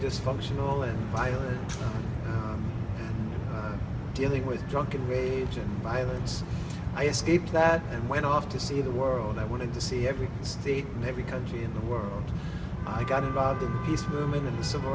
dysfunctional and violent drug dealing with drunken rage and violence i escaped that and went off to see the world i wanted to see every state and every country in the world i got involved the peace movement in the civil